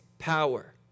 power